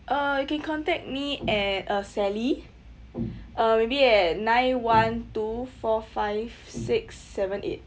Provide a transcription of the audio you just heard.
uh you can contact me at uh sally uh maybe at nine one two four five six seven eight